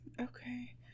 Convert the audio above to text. okay